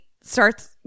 starts